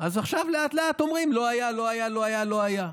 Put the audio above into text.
אז עכשיו לאט-לאט אומרים: לא היה, לא היה, לא היה.